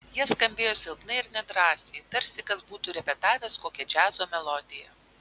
jie skambėjo silpnai ir nedrąsiai tarsi kas būtų repetavęs kokią džiazo melodiją